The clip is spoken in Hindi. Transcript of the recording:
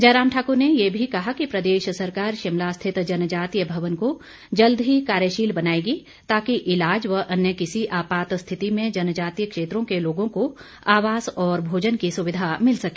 जयराम ठाकुर ने ये भी कहा कि प्रदेश सरकार शिमला स्थित जनजातीय भवन को जल्द ही कार्यशील बनाएगी ताकि ईलाज व अन्य किसी आपात स्थिति में जनजातीय क्षेत्रों के लोगों को आवास और भोजन की सुविधा मिल सके